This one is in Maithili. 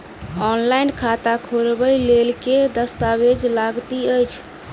ऑनलाइन खाता खोलबय लेल केँ दस्तावेज लागति अछि?